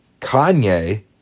Kanye